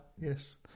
yes